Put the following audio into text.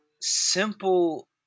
simple